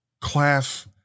class